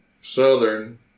Southern